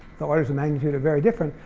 the orders of magnitude are very different.